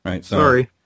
Sorry